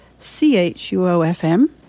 chuo.fm